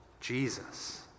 Jesus